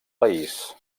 país